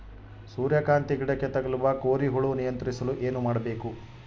ಸೂರ್ಯಕಾಂತಿ ಗಿಡಕ್ಕೆ ತಗುಲುವ ಕೋರಿ ಹುಳು ನಿಯಂತ್ರಿಸಲು ಏನು ಮಾಡಬೇಕು?